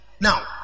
Now